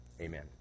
Amen